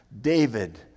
David